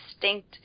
distinct